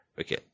Okay